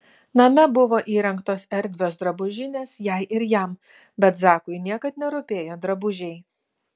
name buvo įrengtos erdvios drabužinės jai ir jam bet zakui niekad nerūpėjo drabužiai